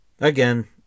again